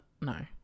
no